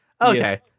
Okay